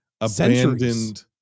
abandoned